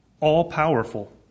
all-powerful